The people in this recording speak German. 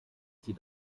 sie